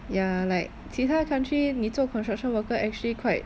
ya like 其他 country 你做 construction worker actually quite